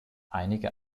einige